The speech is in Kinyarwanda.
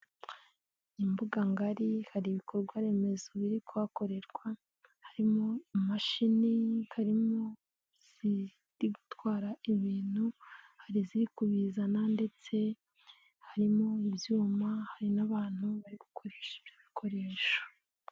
Imbuganga ngari hari ibikorwa remezo biri kuhakorerwa, harimo imashini, harimo iziri gutwara ibintu, hari iziri kubizana ndetse harimo ibyuma hari n'abantu bari gukoresha ibyo bikoresho.